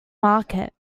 market